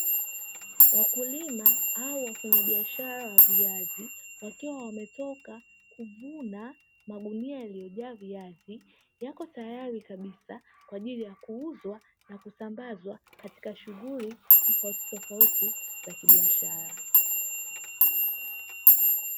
Wakulima au wafanyabiashara wa viazi wakiwa wametoka kuvuna magunia yaliyojaa viazi, yako tayari kabisa kwa ajili ya kuuzwa na kusambazwa katika shughuli tofautitofauti za kibiashara.